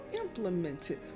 implemented